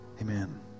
Amen